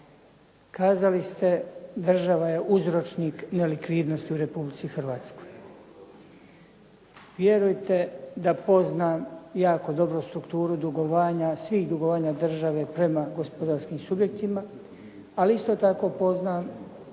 Kazali se država je uzročnik nelikvidnosti u Republici Hrvatskoj. Vjerujte da poznam jako dobro strukturu dugovanja, svih dugovanja države prema gospodarskim subjektima, ali isto tako poznam